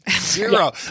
Zero